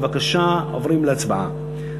בבקשה, עוברים להצבעה.